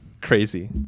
Crazy